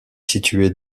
située